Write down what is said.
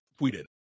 tweeted